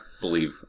believe